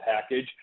package